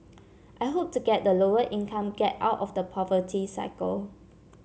I hope to get the lower income get out of the poverty cycle